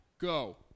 go